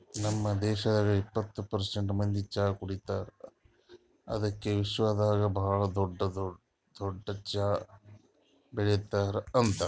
ನಮ್ ದೇಶದಾಗ್ ಎಪ್ಪತ್ತು ಪರ್ಸೆಂಟ್ ಮಂದಿ ಚಹಾ ಕುಡಿತಾರ್ ಅದುಕೆ ವಿಶ್ವದಾಗ್ ಭಾಳ ದೊಡ್ಡ ಚಹಾ ಬೆಳಿತಾರ್ ಅಂತರ್